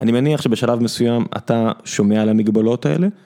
אני מניח שבשלב מסוים אתה שומע על המגבלות האלה.